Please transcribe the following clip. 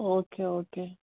okay okay